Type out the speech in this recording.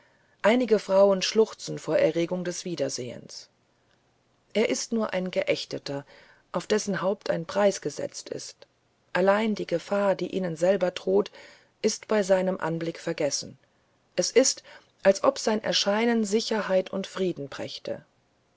einige frauen schluchzen vor erregung des wiedersehens er ist nur ein geächteter auf dessen haupt ein preis gesetzt ist allein die gefahr die ihnen selber droht ist bei seinem anblick vergessen es ist als ob sein erscheinen sicherheit und frieden brächte